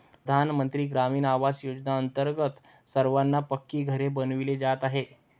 प्रधानमंत्री ग्रामीण आवास योजनेअंतर्गत सर्वांना पक्की घरे बनविली जात आहेत